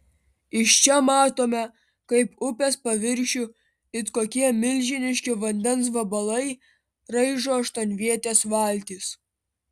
iš čia matome kaip upės paviršių it kokie milžiniški vandens vabalai raižo aštuonvietės valtys